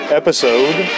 episode